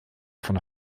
von